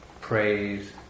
praise